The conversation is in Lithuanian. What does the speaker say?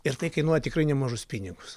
ir tai kainuoja tikrai nemažus pinigus